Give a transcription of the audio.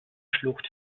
schlucht